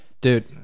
Dude